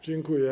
Dziękuję.